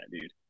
dude